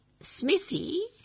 Smithy